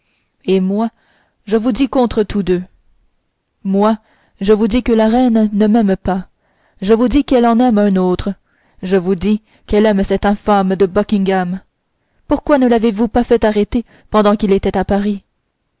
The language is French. et moi je vous dis contre tous deux moi je vous dis que la reine ne m'aime pas je vous dis qu'elle en aime un autre je vous dis qu'elle aime cet infâme duc de buckingham pourquoi ne l'avezvous pas fait arrêter pendant qu'il était à paris